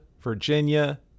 Virginia